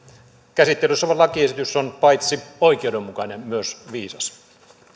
käsittelyssä oleva lakiesitys on paitsi oikeudenmukainen myös viisas